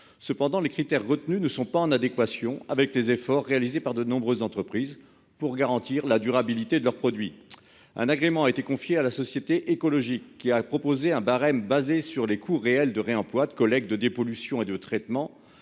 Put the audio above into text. Cependant les critères retenus ne sont pas en adéquation avec les efforts réalisés par de nombreuses entreprises pour garantir la durabilité de leur produits. Un agrément a été confiée à la société écologique, qui a proposé un barème, basé sur les coûts réels de réemploi de collègues de dépollution et de traitement